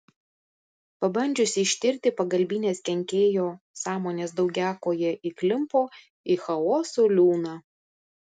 pabandžiusi ištirti pagalbines kenkėjo sąmones daugiakojė įklimpo į chaoso liūną